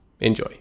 Enjoy